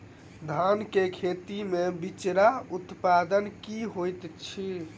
धान केँ खेती मे बिचरा उत्पादन की होइत छी?